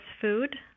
food